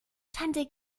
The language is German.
tante